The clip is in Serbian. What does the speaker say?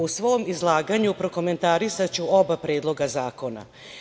U svom izlaganju prokomentarisaću oba predloga zakona.